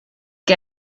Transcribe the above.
que